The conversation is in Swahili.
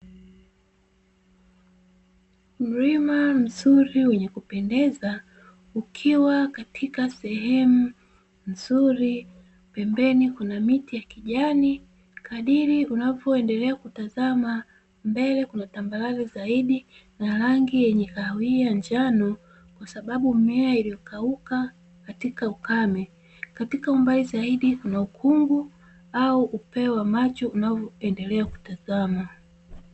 Mlima mzuri wenye kupendeza ukiwa katika sehemu nzuri. Pembeni kuna miti ya kijani, kadiri unavyoendelea kutazama. Mbele kuna tambarare zaidi na rangi yenye kahawia njano kwa sababu mimea imekauka katika ukame. Katika umbali zaidi kuna ukungu au upeo wa macho unaoendelea kutazama.